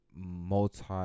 multi